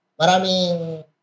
maraming